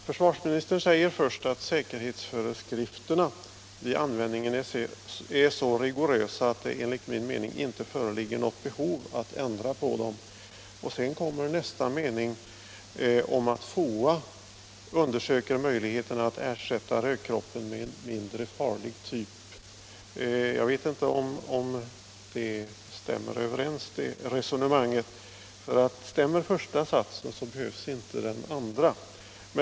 Försvarsministern säger i svaret: ”Säkerhetsföreskrifterna vid användningen är så rigorösa att det enligt min mening inte föreligger något behov att ändra på dem.” I nästa mening säger han att ”försvarets forskningsanstalt nu undersöker möjligheterna att ersätta rökkroppen med en mindre farlig typ”. Jag tycker inte att det resonemanget går ihop. Stämmer den första satsen med verkligheten, så behövs inte den andra.